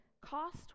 Cost